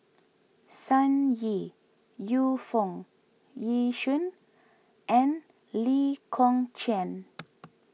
Sun Yee Yu Foo Yee Shoon and Lee Kong Chian